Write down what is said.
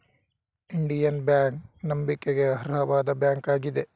Indian Bank ನಂಬಿಕೆಗೆ ಅರ್ಹವಾದ bank ಆಗಿದೆ